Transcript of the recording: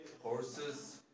horses